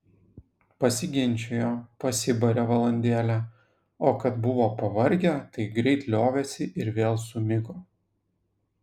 pasiginčijo pasibarė valandėlę o kad buvo pavargę tai greit liovėsi ir vėl sumigo